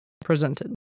presented